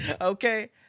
Okay